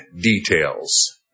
details